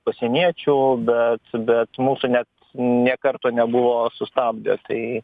pasieniečių bet bet mūsų net nė karto nebuvo sustabdę tai